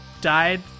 died